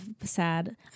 sad